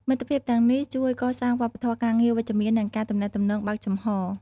មិត្តភាពទាំងនេះជួយកសាងវប្បធម៌ការងារវិជ្ជមាន និងការទំនាក់ទំនងបើកចំហរ។